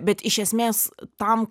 bet iš esmės tam